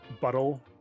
buttle